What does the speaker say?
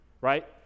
right